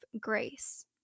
grace